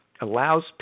allows